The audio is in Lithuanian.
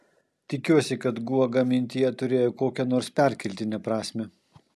tikiuosi kad guoga mintyje turėjo kokią nors perkeltinę prasmę